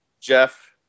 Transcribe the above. Jeff